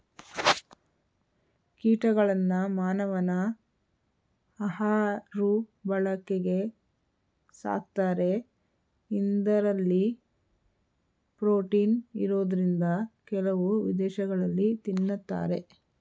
ಕೀಟಗಳನ್ನ ಮಾನವನ ಆಹಾಋ ಬಳಕೆಗೆ ಸಾಕ್ತಾರೆ ಇಂದರಲ್ಲಿ ಪ್ರೋಟೀನ್ ಇರೋದ್ರಿಂದ ಕೆಲವು ವಿದೇಶಗಳಲ್ಲಿ ತಿನ್ನತಾರೆ